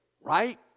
right